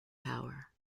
power